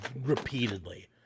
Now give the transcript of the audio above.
repeatedly